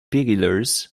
périlleuse